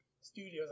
studios